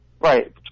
Right